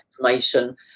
information